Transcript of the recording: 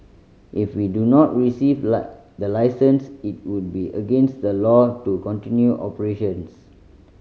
if we do not receive the license it would be against the law to continue operations